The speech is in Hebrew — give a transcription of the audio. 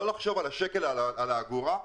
לא לחשוב על השקל ועל האגורה,